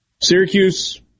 Syracuse